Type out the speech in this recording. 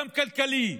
גם כלכלי,